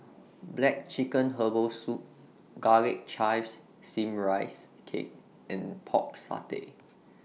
Black Chicken Herbal Soup Garlic Chives Steamed Rice Cake and Pork Satay